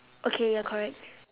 okay ya correct